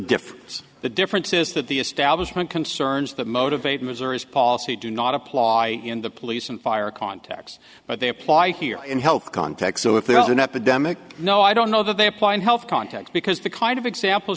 difference the difference is that the establishment concerns that motivate missouri's policy do not apply in the police and fire context but they apply here in health context so if there's an epidemic no i don't know that they apply in health context because the kind of example